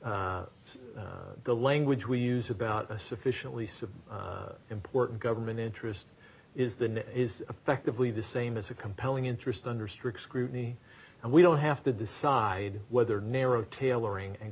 that the language we use about a sufficiently so important government interest is the net is effectively the same as a compelling interest under strict scrutiny and we don't have to decide whether narrow tailoring and